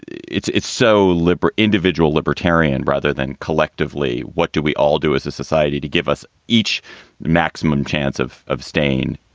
it so liberal, individual, libertarian, rather than collectively? what do we all do as a society to give us each maximum chance of of stain,